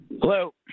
Hello